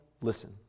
listen